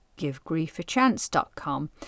givegriefachance.com